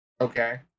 Okay